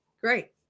Great